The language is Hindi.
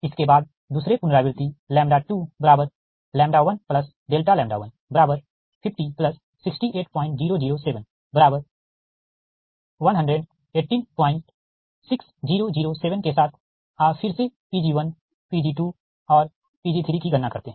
इसके बाद दूसरे पुनरावृति Δ50680071186007 के साथ आप फिर से Pg1 Pg2 और Pg3 की गणना करते हैं